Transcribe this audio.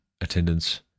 attendance